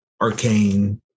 Arcane